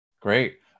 Great